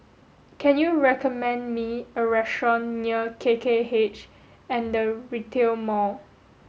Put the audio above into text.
can you recommend me a restaurant near K K H and The Retail Mall